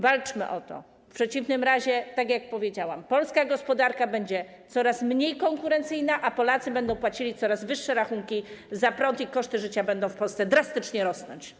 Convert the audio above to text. Walczmy o to, w przeciwnym razie, tak jak powiedziałam, polska gospodarka będzie coraz mniej konkurencyjna, Polacy będą płacili coraz wyższe rachunki za prąd, a koszty życia będą w Polsce drastycznie rosnąć.